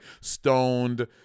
stoned